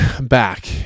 back